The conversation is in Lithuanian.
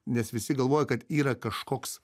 nes visi galvoja kad yra kažkoks